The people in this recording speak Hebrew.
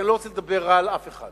כי אני לא רוצה לומר דבר רע על אף אחד,